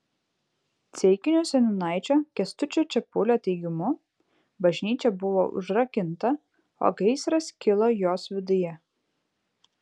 ceikinių seniūnaičio kęstučio čepulio teigimu bažnyčia buvo užrakinta o gaisras kilo jos viduje